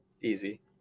easy